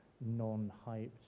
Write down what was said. non-hyped